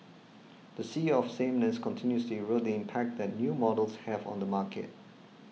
the sea of sameness continues to erode the impact that new models have on the market